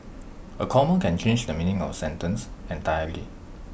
A comma can change the meaning of A sentence entirely